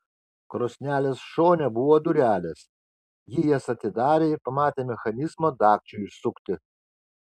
krosnelės šone buvo durelės ji jas atidarė ir pamatė mechanizmą dagčiui išsukti